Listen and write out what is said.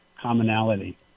commonality